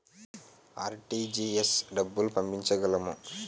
RTGS డబ్బులు పంపించగలము?